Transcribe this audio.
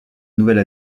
nouvelle